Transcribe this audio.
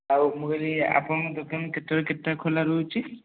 ଆଉ ମୁଁ କହିଲି ଆପଣଙ୍କ ଦୋକାନ କେତେଟାରୁ କେତେଟା ଖୋଲାରହୁଛି